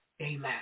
Amen